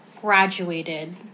graduated –